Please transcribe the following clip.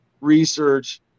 research